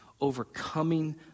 overcoming